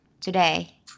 today